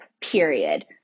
period